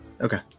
Okay